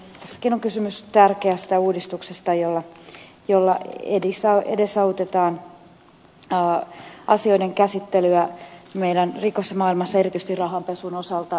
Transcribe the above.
tässäkin on kysymys tärkeästä uudistuksesta jolla edesautetaan asioiden käsittelyä meidän rikosmaailmassa erityisesti rahanpesun osalta